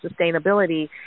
sustainability